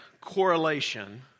correlation